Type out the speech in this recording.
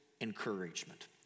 encouragement